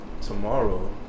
tomorrow